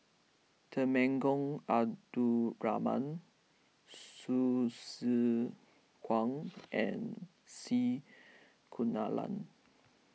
Temenggong Abdul Rahman Hsu Tse Kwang and C Kunalan